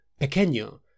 *Pequeño*